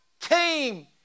came